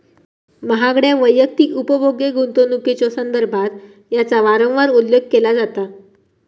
महागड्या वैयक्तिक उपभोग्य गुंतवणुकीच्यो संदर्भात याचा वारंवार उल्लेख केला जाता